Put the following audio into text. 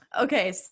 Okay